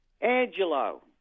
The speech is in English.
Angelo